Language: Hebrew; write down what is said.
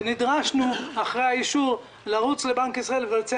ונדרשנו אחרי האישור לרוץ לבנק ישראל ולבצע